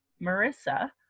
Marissa